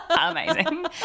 amazing